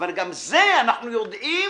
אבל גם זה אנחנו יודעים